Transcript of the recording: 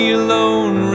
alone